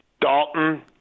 Dalton